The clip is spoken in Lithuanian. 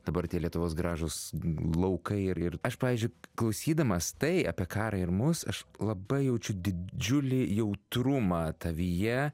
dabar tie lietuvos gražūs laukai ir ir aš pavyzdžiui klausydamas tai apie karą ir mus aš labai jaučiu didžiulį jautrumą tavyje